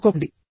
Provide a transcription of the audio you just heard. సర్దుకోకండి